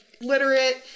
literate